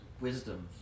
wisdom